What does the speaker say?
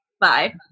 Bye